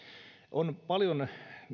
on paljon